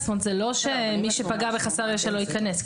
זה לא שמי שפגע בחסר ישע לא ייכנס.